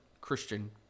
Christian